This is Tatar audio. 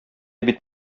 бит